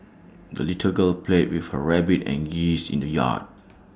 the little girl played with her rabbit and geese in the yard